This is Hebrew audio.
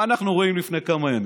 מה אנחנו רואים לפני כמה ימים?